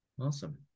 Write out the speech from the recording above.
Awesome